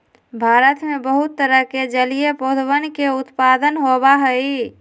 भारत में बहुत तरह के जलीय पौधवन के उत्पादन होबा हई